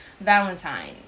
Valentine